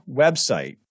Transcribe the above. website